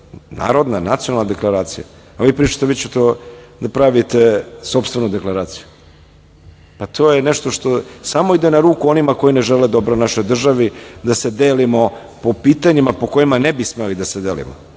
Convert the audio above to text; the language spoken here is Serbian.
narodna, nacionalna deklaracija, a vi pričate vi ćete da pravite sopstvenu deklaraciju. Pa, to je nešto što samo ide na ruku onima koji ne žele dobro našoj državi, da se delimo po pitanjima po kojima ne bi smeli da se delimo.